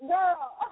Girl